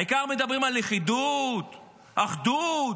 העיקר מדברים על לכידות, אחדות.